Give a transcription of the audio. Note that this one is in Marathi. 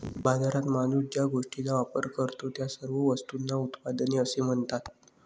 बाजारात माणूस ज्या गोष्टींचा वापर करतो, त्या सर्व वस्तूंना उत्पादने असे म्हणतात